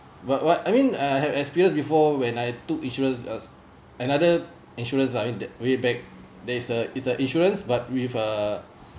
but what I mean uh I have experience before when I took insurance is another insurance uh I mean the way back there is a is a insurance but with uh